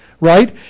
Right